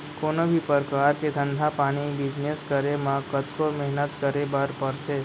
कोनों भी परकार के धंधा पानी बिजनेस करे म कतको मेहनत करे बर परथे